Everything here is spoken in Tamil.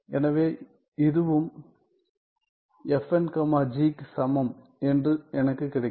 எனவே இதுவும் க்கு சமம் என்று எனக்குக் கிடைக்கும்